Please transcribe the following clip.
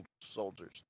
soldiers